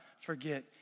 forget